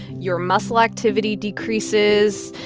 your muscle activity decreases.